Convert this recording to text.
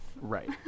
Right